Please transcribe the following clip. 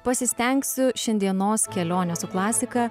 pasistengsiu šiandienos kelionę su klasika